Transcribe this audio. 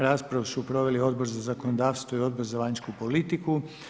Raspravu su proveli Odbor za zakonodavstvo i Odbor za vanjsku politiku.